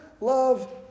love